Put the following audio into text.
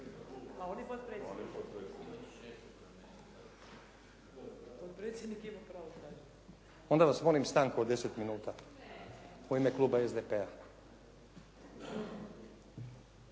pravo tražiti/ … Onda vas molim stanku od 10 minuta u ime Kluba SDP-a.